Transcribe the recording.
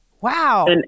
Wow